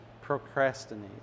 procrastinate